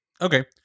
Okay